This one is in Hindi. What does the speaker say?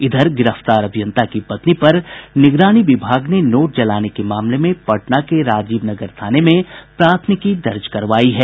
इधर गिरफ्तार अभियंता की पत्नी पर निगरानी विभाग ने नोट जलाने के मामले में पटना के राजीव नगर थाने में प्राथमिकी दर्ज करवायी है